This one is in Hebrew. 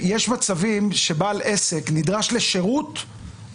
יש מצבים שבעל עסק נדרש לשירות